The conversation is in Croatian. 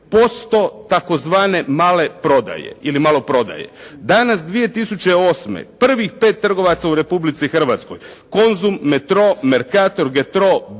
70% tzv. male prodaje ili maloprodaje. Danas 2008. prvih pet trgovaca u Republici Hrvatskoj, „Konzum“, „Metro“, „Mercator“, „Getro“,